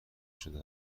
شده